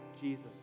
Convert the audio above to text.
Jesus